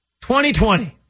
2020